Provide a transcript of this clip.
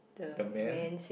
the man